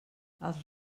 els